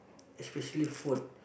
especially food